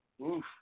Oof